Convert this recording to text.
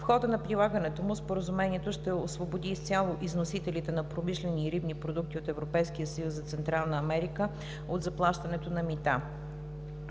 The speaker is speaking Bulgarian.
В хода на прилагането му Споразумението ще освободи изцяло износителите на промишлени и рибни продукти от Европейския съюз за Централна Америка от заплащането на мита.